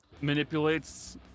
manipulates